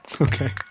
Okay